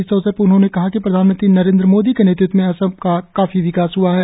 इस अवसर पर उन्होंने कहा कि प्रधानमंत्री नरेंद्र मोदी के नेतृत्व में असम का काफी विकास हआ है